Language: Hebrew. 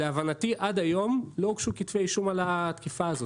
להבנתי עד היום לא הוגשו כתבי אישום על התקיפה הזאת.